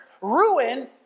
ruin